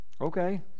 Okay